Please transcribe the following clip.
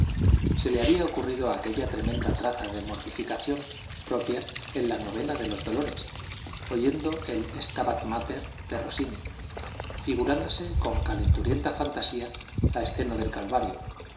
se le había ocurrido aquella tremenda traza de mortificación propia en la novena de los dolores oyendo el stabat mater de rossini figurándose con calenturienta fantasía la escena del calvario